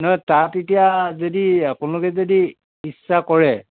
নহয় তাত এতিয়া যদি আপোনালোকে যদি ইচ্ছা কৰে